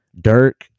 Dirk